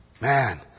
Man